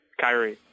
Kyrie